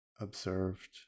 observed